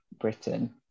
Britain